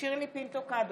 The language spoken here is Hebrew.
שירלי פינטו קדוש,